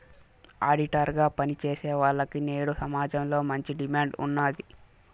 auditor గా పని చేసేవాల్లకి నేడు సమాజంలో మంచి డిమాండ్ ఉన్నాది